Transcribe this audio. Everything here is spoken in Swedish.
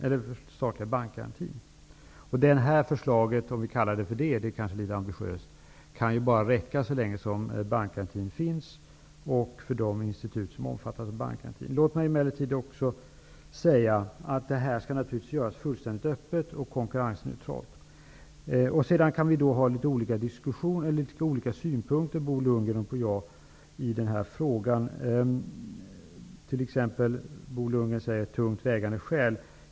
Detta förslag -- det kanske är litet ambitiöst att kalla det så -- kan bara gälla så länge som bankgarantin finns och för de institut som omfattas av bankgarantin. Låt mig emellertid också säga att detta naturligtvis skall göras helt öppet och konkurrensneutralt. Sedan kan Bo Lundgren och jag ha litet olika synpunkter i denna fråga. Bo Lundgren säger t.ex. ''tungt vägande skäl''.